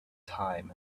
time